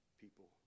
people